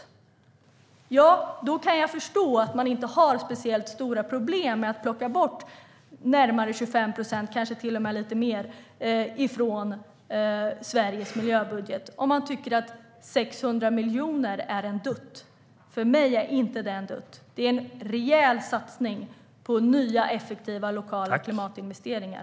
Om man tycker att 600 miljoner är en dutt kan jag förstå att man inte har speciellt stora problem med att plocka bort närmare 25 procent, kanske till och med lite mer, från Sveriges miljöbudget. För mig är det inte en dutt. Det är en rejäl satsning på nya och effektiva lokala klimatinvesteringar.